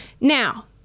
Now